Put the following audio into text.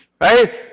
right